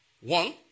One